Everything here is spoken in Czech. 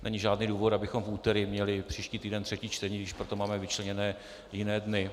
Není žádný důvod, abychom v úterý měli příští týden třetí čtení, když pro to máme vyčleněné jiné dny.